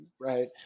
right